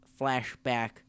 flashback